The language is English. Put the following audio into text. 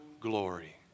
glory